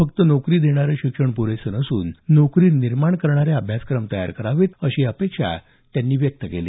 फक्त नोकरी देणारं शिक्षण प्रेसं नसून नोकरी निर्माण करणारे अभ्यासक्रम तयार करावेत अशी अपेक्षा त्यांनी व्यक्त केली